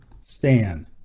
stand